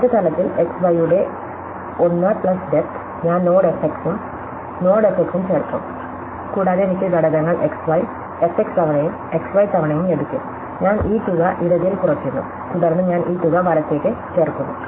അടുത്ത തലത്തിൽ xy യുടെ 1 പ്ലസ് ഡെപ്ത് ഞാൻ നോഡ് fx ഉം നോഡ് fx ഉം ചേർക്കും കൂടാതെ എനിക്ക് ഘടകങ്ങൾ xy fx തവണയും xy തവണയും ലഭിക്കും ഞാൻ ഈ തുക ഇടതിൽ കുറയ്ക്കുന്നു തുടർന്ന് ഞാൻ ഈ തുക വലത്തേക്ക് ചേർക്കുന്നു